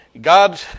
God